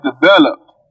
developed